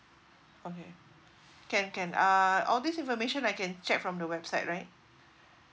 okay can can uh all this information I can check from the website right